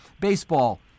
Baseball